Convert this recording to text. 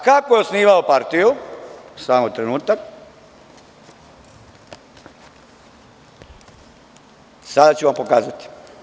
Kako je osnivao partiju, samo trenutak, sada ću vam pokazati.